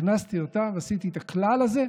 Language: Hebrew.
הכנסתי אותם, ועשיתי את הכלל הזה,